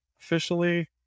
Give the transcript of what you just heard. officially